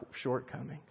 shortcomings